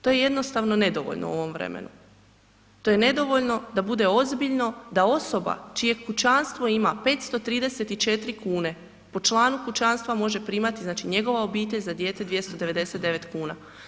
To je jednostavno nedovoljno u ovom vremenu, to je nedovoljno da bude ozbiljno da osoba čije kućanstvo ima 534 kune po članu kućanstva može primati znači njegova obitelj za dijete 299 kuna.